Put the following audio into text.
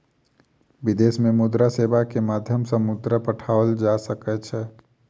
विदेश में मुद्रा सेवा के माध्यम सॅ मुद्रा पठाओल जा सकै छै